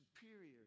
Superior